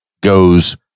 goes